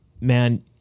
man